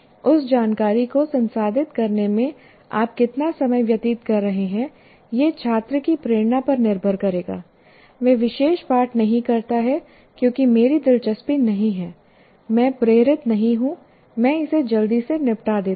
उस जानकारी को संसाधित करने में आप कितना समय व्यतीत कर रहे हैं यह छात्र की प्रेरणा पर निर्भर करेगा वह विशेष पाठ नहीं करता है क्योंकि मेरी दिलचस्पी नहीं है मैं प्रेरित नहीं हूं मैं इसे जल्दी से निपटा देता हूं